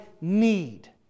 need